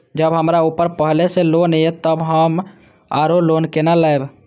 जब हमरा ऊपर पहले से लोन ये तब हम आरो लोन केना लैब?